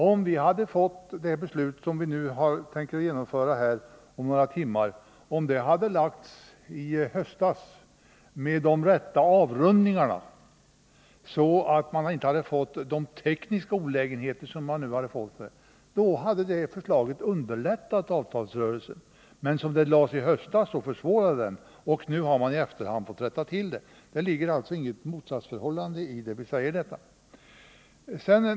Om det beslut som vi nu om några timmar skall fatta i stället hade tagits i höstas och man därvid gjort de rätta avrundningarna, så att vi inte hade fått de tekniska olägenheter som vi nu får, då hade det underlättat avtalsrörelsen. Nu har man i efterhand rättat till det. Det föreligger alltså inget motsatsförhållande härvidlag.